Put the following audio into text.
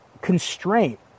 constraint